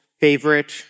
favorite